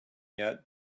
yet